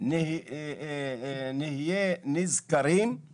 נצא נשכרים מהחוק הזה.